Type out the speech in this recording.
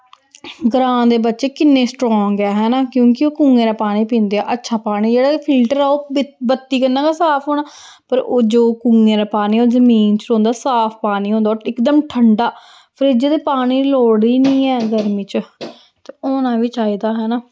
ग्रांऽ दे बच्चे किन्ने स्ट्रांग ऐ हैना क्यूंकि ओह् कुएं दा पानी पींदे अच्छा पानी जेह्ड़ा कि फिल्टर ऐ ओह् बी बत्ती कन्नै गै साफ होना पर ओह् जो कुएं दा पानी ओह् जमीन च रौंह्दा साफ पानी होंदा होर इकदम ठंडा फ्रिजै दे पानी दी लोड़ ही निं ऐ गर्मी च ते होना बी चाहिदा हैना